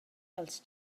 als